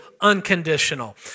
unconditional